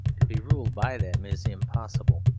to be ruled by them is impossible.